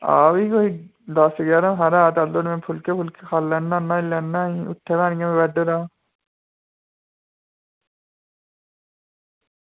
आं भी कोई दस्स जारां बारां तैलूं तगर में फुलके बनाई लैन्नां खाई लैन्नां न्हाई लैना उट्ठे दा निं ऐ बेडै उप्परा